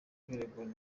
kwiregura